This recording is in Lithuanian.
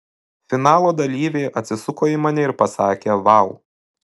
finalo dalyviai atsisuko į mane ir pasakė vau